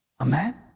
Amen